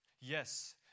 Yes